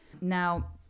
Now